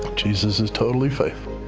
jesus is totally faithful.